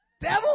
devil